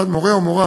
מורֶה או מורָה